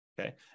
Okay